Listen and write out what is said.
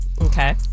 Okay